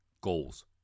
goals